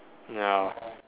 ya